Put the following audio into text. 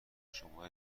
شما